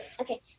Okay